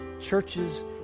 churches